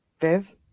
Viv